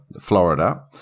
Florida